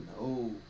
no